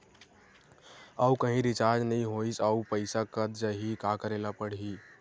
आऊ कहीं रिचार्ज नई होइस आऊ पईसा कत जहीं का करेला पढाही?